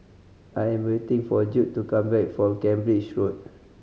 I am waiting for Jude to come back from Cambridge Road